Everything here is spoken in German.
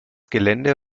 gelände